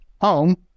home